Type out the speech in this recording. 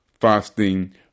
Fasting